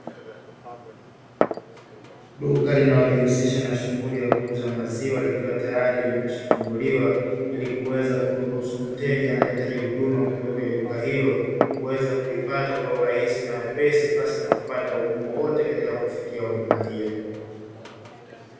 Duka linalojihusisha na shughuli ya kuuza maziwa likiwa tayari limekwishafunguliwa ili kuweza kuruhusu mteja anayehitaji huduma kutoka kwenye duka hilo, kuweza kuipata kwa urahisi na uwepesi pasi na kupata ugumu wowote katika kufikia huduma hiyo.